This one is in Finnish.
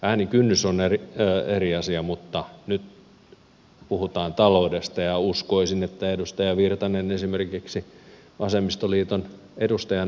äänikynnys on eri asia mutta nyt puhutaan taloudesta ja uskoisin että edustaja virtanen esimerkiksi vasemmistoliiton edustajana ymmärtää tämän